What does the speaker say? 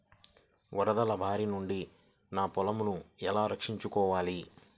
వరదల భారి నుండి నా పొలంను ఎలా రక్షించుకోవాలి?